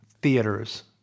theaters